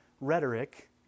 rhetoric